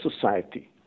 society